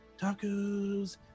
tacos